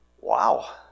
Wow